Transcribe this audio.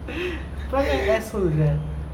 perangai asshole sia